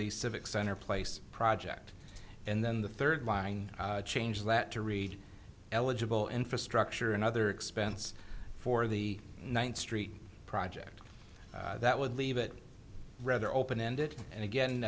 the civic center place project and then the third line change that to read eligible infrastructure another expense for the ninth street project that would leave it rather open ended and again